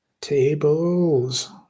Tables